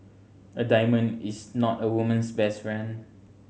a diamond is not a woman's best friend